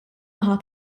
naħa